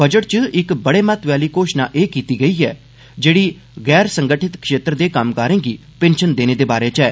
budget च इक बड़े महत्व आली घोशणा एह् कीती गेई ऐ जेड़ी गैर संगठित क्षेत्र दे कामगारें गी पिंषन देने दे बारे च ऐ